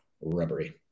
rubbery